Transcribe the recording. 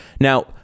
Now